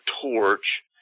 torch